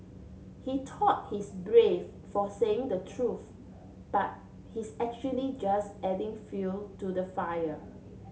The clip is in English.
he thought he's brave for saying the truth but he's actually just adding fuel to the fire